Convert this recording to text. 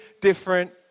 different